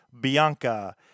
bianca